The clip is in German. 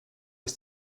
ist